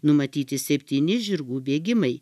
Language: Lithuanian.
numatyti septyni žirgų bėgimai